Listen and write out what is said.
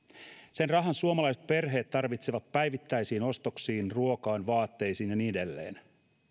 sen rahan suomalaiset perheet tarvitsevat päivittäisiin ostoksiin ruokaan vaatteisiin ja niin edelleen